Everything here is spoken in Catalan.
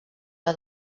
que